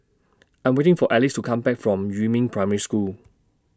I'm waiting For Ellis to Come Back from Yumin Primary School